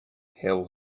hill